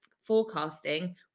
forecasting